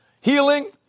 Healing